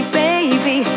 baby